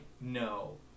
no